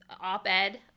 op-ed